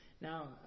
Now